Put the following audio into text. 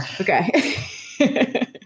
Okay